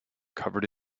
covered